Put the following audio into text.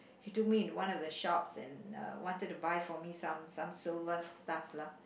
he took me into one of the shops and uh wanted to buy for me some some silver stuff lah